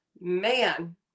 man